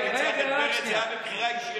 כשנתניהו ניצח את פרס זה היה בבחירה ישירה,